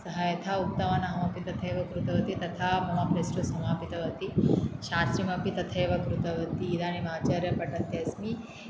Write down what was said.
सः यथा उक्तवान् अहमपि तथैव कृतवती तथा मम प्लस्टू समापितवती शास्त्रिमपि तथैव कृतवती इदानीम् आचार्यं पठन्ती अस्मि